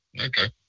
Okay